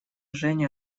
женю